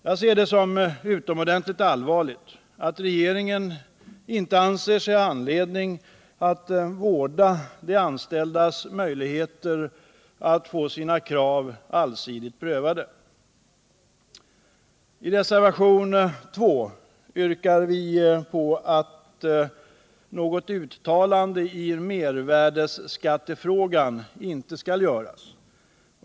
Jag ser det som utomordentligt allvarligt att regeringen inte anser sig ha anledning att vårda de anställdas möjligheter att få sina krav allsidigt prövade. I reservationen 2 yrkar vi på att något uttalande i mervärdeskattefrågan inte skall göras.